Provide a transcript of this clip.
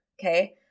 okay